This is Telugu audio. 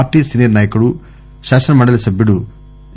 పార్టీ సీనియర్ నాయకుడు శాసన మండలి సభ్యుడు టి